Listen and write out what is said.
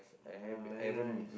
ya very nice